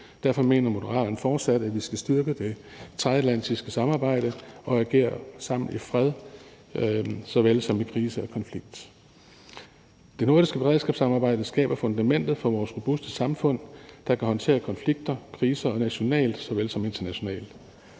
Derfor mener Moderaterne fortsat, at vi skal styrke det transatlantiske samarbejde og agere sammen i fred såvel som i krise og konflikt. Det nordiske beredskabssamarbejde skaber fundamentet for vores robuste samfund, der kan håndtere konflikter og kriser nationalt såvel som internationalt.